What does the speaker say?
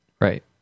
Right